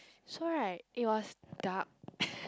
so right it was dark